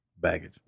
baggage